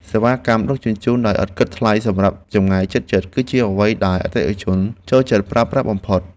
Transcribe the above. សេវាកម្មដឹកជញ្ជូនដោយឥតគិតថ្លៃសម្រាប់ចម្ងាយជិតៗ គឺជាអ្វីដែលអតិថិជនចូលចិត្តប្រើប្រាស់បំផុត។